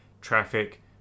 traffic